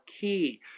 key